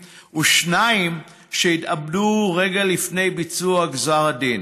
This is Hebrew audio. ושניים התאבדו רגע לפני ביצוע גזר הדין.